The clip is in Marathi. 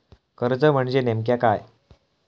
कर्ज म्हणजे नेमक्या काय?